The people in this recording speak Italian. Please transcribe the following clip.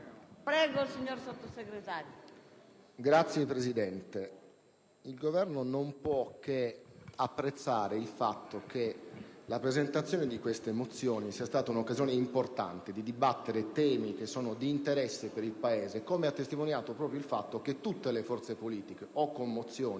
caso, il signor Sottosegretario